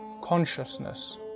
consciousness